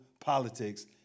politics